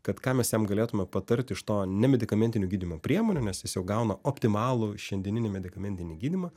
kad ką mes jam galėtume patarti iš to nemedikamentinių gydymo priemonių nes jis jau gauna optimalų šiandieninį medikamentinį gydymą